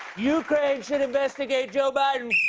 ukraine should investigate joe biden.